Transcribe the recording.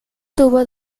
tubo